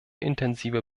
intensive